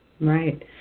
Right